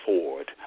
Ford